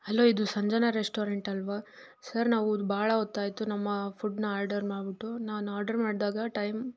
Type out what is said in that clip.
hello ಇದು Sanjana restaurant ಅಲ್ಲವಾ sir ನಾವು ಭಾಳ ಹೊತ್ತಾಯ್ತು ನಮ್ಮ ಫುಡ್ಡನ್ನ ಆರ್ಡರ್ ಮಾಡ್ಬಿಟ್ಟು ನಾನು ಆರ್ಡರ್ ಮಾಡಿದಾಗ ಟೈಮ್